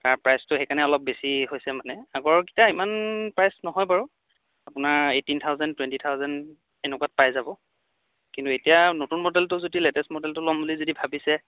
তাৰ প্ৰাইচটো সেইকাৰণে অলপ বেছি হৈছে মানে আগৰকেইটা ইমান প্ৰাইচ নহয় বাৰু আপোনাৰ এইটিন থাউজেণ্ড টুৱেণ্টি থাউজেণ্ড এনেকুৱাত পাই যাব কিন্তু এতিয়া নতুন মডেলটো যদি লেটেষ্ট মডেলটো ল'ম বুলি যদি ভাবিছে